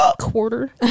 quarter